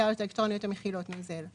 סיגריות אלקטרוניות המכילות נוזל";